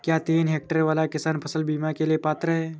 क्या तीन हेक्टेयर वाला किसान फसल बीमा के लिए पात्र हैं?